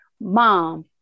mom